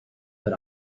but